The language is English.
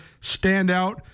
standout